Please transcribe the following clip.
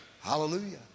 Hallelujah